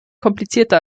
komplizierter